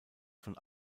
von